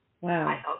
Wow